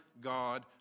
God